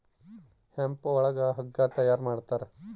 hemp ಒಳಗ ಹಗ್ಗ ತಯಾರ ಮಾಡ್ತಾರ